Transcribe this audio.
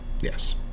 Yes